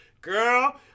Girl